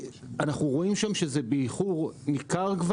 אנחנו רואים שזה קורה באיחור ניכר,